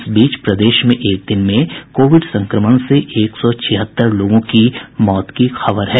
इस बीच प्रदेश में एक दिन में कोविड संक्रमण से एक सौ छिहत्तर लोगों की मौत की खबर है